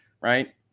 right